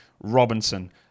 Robinson